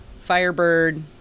Firebird